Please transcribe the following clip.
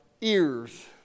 ears